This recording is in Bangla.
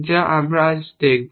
যা আমরা আজ দেখব